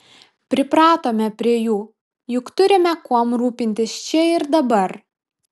pripratome prie jų juk turime kuom rūpintis čia ir dabar